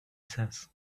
says